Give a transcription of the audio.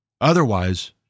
otherwise